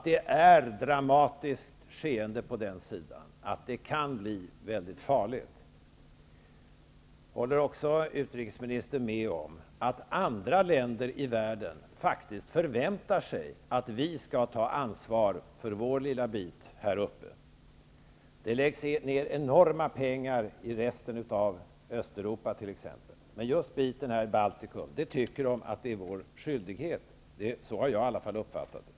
Det är ett dramatiskt skeende som pågår på den sidan, och det kan bli mycket farligt. Håller också utrikesministern med om att andra länder i världen faktiskt förväntar sig att vi skall ta ansvar för vår lilla bit här uppe? Det läggs ner enorma pengar i resten av Östeuropa t.ex. Men just den delen med Baltikum tycker man att det är vår skyldighet att hjälpa. Så har i varje fall jag uppfattat det.